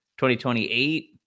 2028